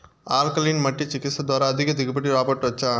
alkaline మట్టి చికిత్స ద్వారా అధిక దిగుబడి రాబట్టొచ్చా